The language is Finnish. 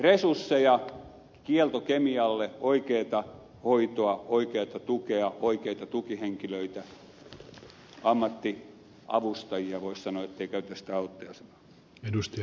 resursseja kieltokemialle oikeata hoitoa oikeata tukea oikeita tukihenkilöitä ammattiavustajia voisi sanoa ettei käytetä sitä auttaja sanaa